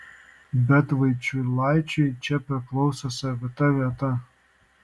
bet vaičiulaičiui čia priklauso savita vieta